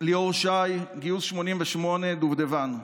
ליאור שי, גיוס 1988, דובדבן.